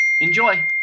enjoy